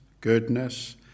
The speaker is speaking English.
goodness